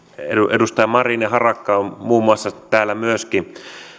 marin ja harakka ovat muun muassa täällä myöskin